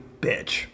bitch